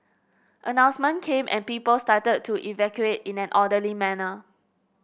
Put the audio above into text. announcement came and people started to evacuate in an orderly manner